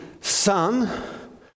son